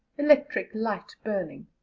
electric light burning.